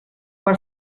per